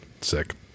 sick